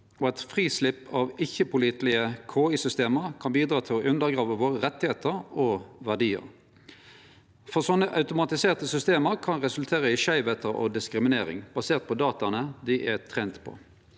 Eit frislepp av ikkje-pålitelege KI-system kan bidra til å undergrave våre rettar og verdiar, for slike automatiserte system kan resultere i skeivskap og diskriminering, basert på dataa dei er trente på.